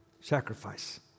sacrifice